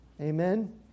Amen